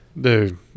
dude